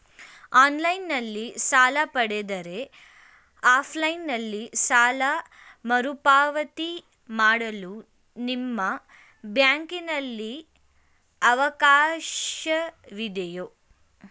Online ನಲ್ಲಿ ಸಾಲ ಪಡೆದರೆ ಆಫ್ಲೈನ್ ನಲ್ಲಿ ಸಾಲ ಮರುಪಾವತಿ ಮಾಡಲು ನಿಮ್ಮ ಬ್ಯಾಂಕಿನಲ್ಲಿ ಅವಕಾಶವಿದೆಯಾ?